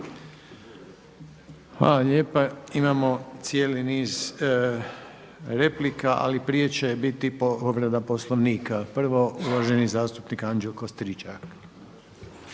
Hvala lijepa. Imamo cijeli niz replika, ali prije će biti povreda Poslovnika. Prvo uvaženi zastupnik Anđelko Stričak.